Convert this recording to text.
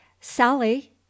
Sally